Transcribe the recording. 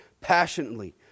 passionately